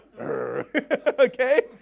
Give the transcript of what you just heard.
Okay